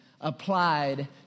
applied